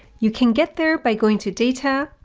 you can get there by going to data,